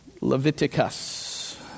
Leviticus